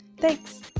Thanks